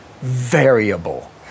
variable